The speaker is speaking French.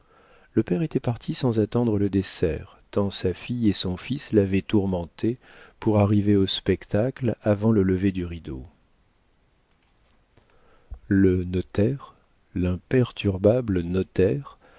le père était parti sans attendre le dessert tant sa fille et son fils l'avaient tourmenté pour arriver au spectacle avant le lever du rideau le notaire l'imperturbable